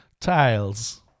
tiles